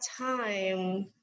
time